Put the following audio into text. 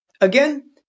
Again